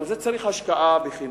אבל צריך השקעה בחינוך,